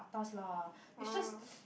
atas lah it's just